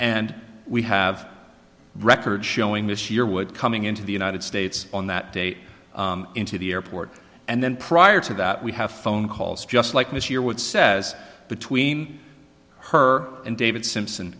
and we have records showing this year would coming into the united states on that date into the airport and then prior to that we have phone calls just like miss yearwood says between her and david simpson